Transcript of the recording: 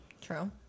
True